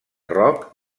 rock